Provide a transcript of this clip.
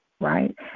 right